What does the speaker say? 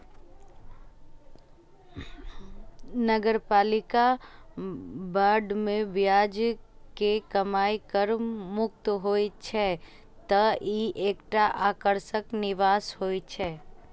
नगरपालिका बांड मे ब्याज के कमाइ कर मुक्त होइ छै, तें ई एकटा आकर्षक निवेश होइ छै